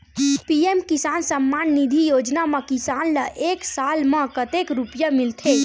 PM किसान सम्मान निधी योजना म किसान ल एक साल म कतेक रुपिया मिलथे?